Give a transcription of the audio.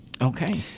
Okay